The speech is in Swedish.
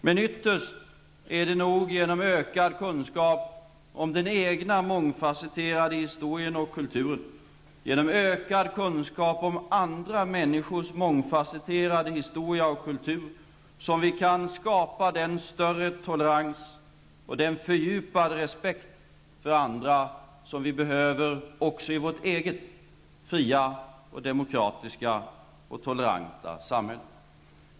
Men ytterst är det nog genom ökad kunskap om den egna mångfasetterade historien och kulturen, genom ökad kunskap om andra människors mångfassetterade historia och kultur, som vi kan skapa den större tolerans och den fördjupade respekt för andra som vi behöver också i vårt eget fria, demokratiska och toleranta samhälle.